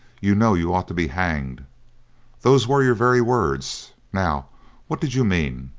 you know you ought to be hanged those were your very words. now what did you mean?